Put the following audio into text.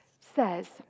says